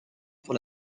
pour